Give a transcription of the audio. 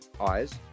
eyes